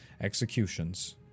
executions